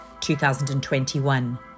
2021